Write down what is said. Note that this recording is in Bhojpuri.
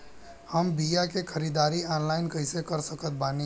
हम बीया के ख़रीदारी ऑनलाइन कैसे कर सकत बानी?